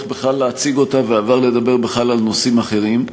בכלל להציג אותה ועבר לדבר בכלל על נושאים אחרים,